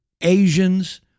Asians